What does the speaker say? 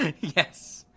Yes